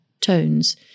tones